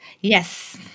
Yes